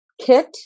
kit